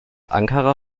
ankara